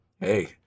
hey